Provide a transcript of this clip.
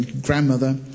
grandmother